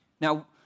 Now